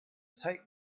take